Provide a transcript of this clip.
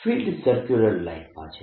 field circular line માં છે